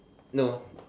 no